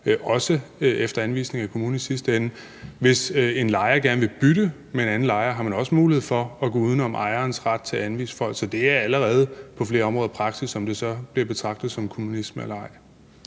også efter anvisning af kommunen i sidste ende. Hvis en lejer gerne vil bytte med en anden lejer, har man også mulighed for at gå uden om ejerens ret til at anvise folk. Så det er allerede på flere områder praksis, om det så bliver betragtet som kommunisme eller ej.